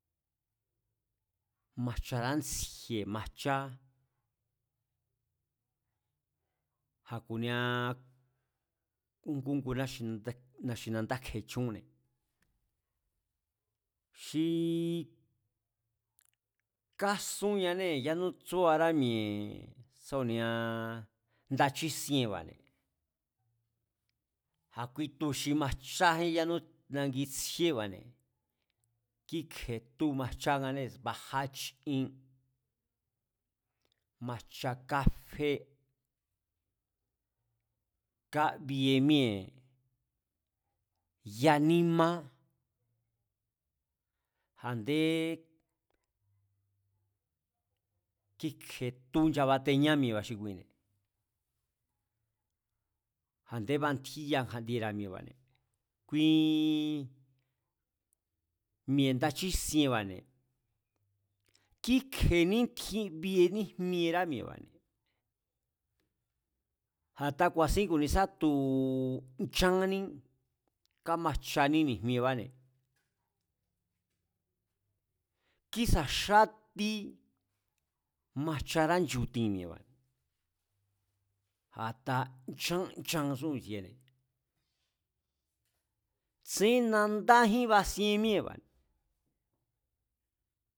Majcharántsji̱e̱ majchá, a̱ ku̱nia újngú újngu náxi̱nandá kje̱echúnne̱, xi kasúnñanée̱ yanú tsúará mi̱e̱ ndá chísienba̱ne̱, a̱ kui tu xi majchájín yánú nangi tsjíéba̱ne̱, kíkje̱e tú baja, bajachín, majcha káfé kábie míée̱ ya nímá, a̱ndéé kíkje̱e tú nchbateñá mi̱e̱ba̱ xi kuine̱, a̱ndé bantjiya kja̱ndiera̱ mi̱e̱ba̱ xi kuine̱. Mi̱e̱ nda chísienba̱ne̱, kíkje̱enítjin bie níjmierá mi̱e̱ba̱ne̱, a̱ta ku̱a̱sín ku̱nisa tu̱ nchánní kámajchaní ni̱jmiebáne̱, kísa̱ xátí majcharánchu̱tín mi̱e̱ba̱, a̱ta nchán nchan chún i̱tsiene̱. Tsén nandajín basien míée̱ba̱ne̱